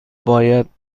باید